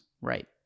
right